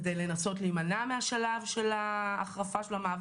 ואנחנו כאן בכנסת כנציגים של כל כך הרבה ציבורים,